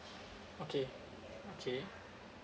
okay okay